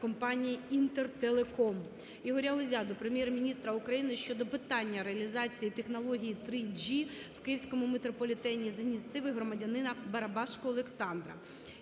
компанії "Інтертелеком". Ігоря Гузя до Прем'єр-міністра України щодо питання реалізації технології 3G в Київському метрополітені з ініціативи громадянина Барабашко Олександра.